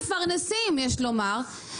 הם גם מפרנסים, יש לומר.